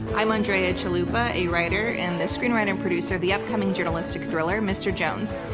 i'm andrea chalupa, a writer and the screenwriter and producer of the upcoming journalistic thriller mr. jones.